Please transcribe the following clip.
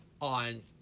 on